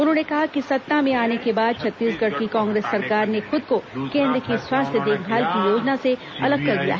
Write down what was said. उन्होंने कहा कि सत्ता में आने के बाद छत्तीसगढ़ की कांग्रेस सरकार ने खुद को केन्द्र की स्वास्थ्य देखभाल की योजना से अलग कर दिया है